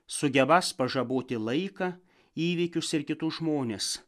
sugebąs pažaboti laiką įvykius ir kitus žmones